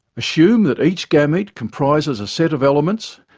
assume that each gamete comprises a set of elements,